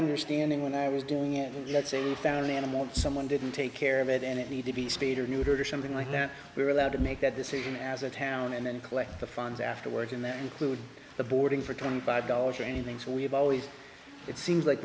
understanding when i was doing it let's say you found the animal someone didn't take care of it and it need to be spayed or neutered or something like that we're allowed to make that decision as a town and then collect the funds after work and that includes the boarding for twenty five dollars range things we've always it seems like